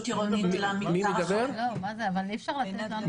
הזמני לא יהפוך להיות קבוע במשמרת של רובנו פה.